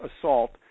assault